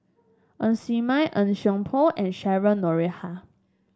Ng Ser Miang Ng Seng Poh and Cheryl Noronha